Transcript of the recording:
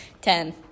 ten